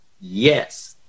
yes